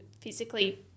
physically